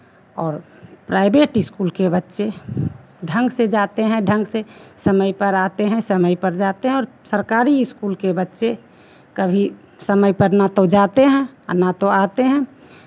और private school के बच्चे ढंग से जाते हैं ढंग से समय पर आते हैं समय पर जाते हैं और सरकारी स्कूल के बच्चे कभी समय पर ना तो जाते हैं और ना तो आते हैं